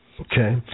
Okay